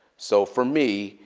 so for me,